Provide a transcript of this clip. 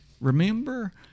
Remember